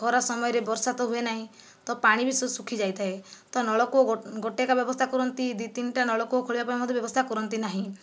ଖରା ସମୟରେ ବର୍ଷା ତ ହୁଏ ନାହିଁ ତ ପାଣି ବି ସୁଖି ଯାଇଥାଏ ତ ନଳକୂଅ ଗୋଟିଏ କା ବ୍ୟବସ୍ତା କରନ୍ତି ଦି ତିନିଟା ନଳକୂଅ ଖୋଳିବା ପାଇଁ ମଧ୍ୟ ବ୍ୟବସ୍ତା କରନ୍ତି ନାହିଁ